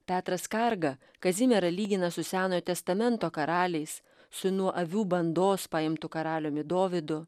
petras skarga kazimierą lygina su senojo testamento karaliais su nuo avių bandos paimtu karaliumi dovydu